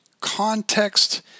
context